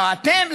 אתם,